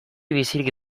bizirik